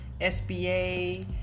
SBA